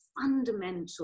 fundamental